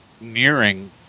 nearing